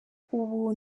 ubu